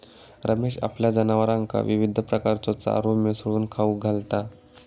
रमेश आपल्या जनावरांका विविध प्रकारचो चारो मिसळून खाऊक घालता